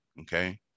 okay